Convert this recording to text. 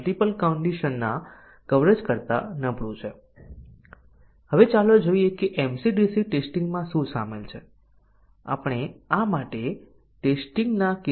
multiple condition coverage condition coverage અને decision coverage અને condition decision coverage બંનેને સુનિશ્ચિત કરે છે